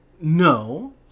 No